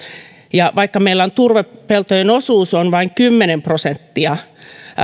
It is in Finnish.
ja vaikka meillä turvepeltojen osuus on vain kymmenen prosenttia